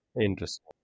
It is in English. Interesting